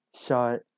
shot